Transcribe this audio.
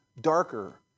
darker